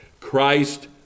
Christ